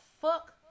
fuck